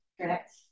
Correct